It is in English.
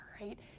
right